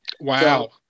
Wow